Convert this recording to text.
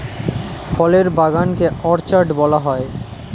ফলের বাগান কে অর্চার্ড বলা হয়